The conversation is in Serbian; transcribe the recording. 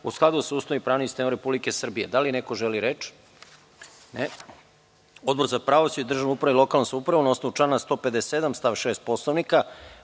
u skladu sa Ustavom i pravnim sistemom Republike Srbije. Da li neko želi reč? (Ne.)Odbor za pravosuđe, državnu upravu i lokalnu samoupravu, na osnovu člana 157. stav 6. Poslovnika,